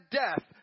death